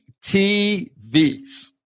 TVs